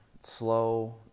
slow